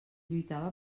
lluitava